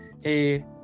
hey